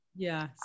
Yes